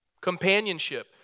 Companionship